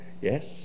Yes